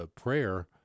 prayer